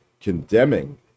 condemning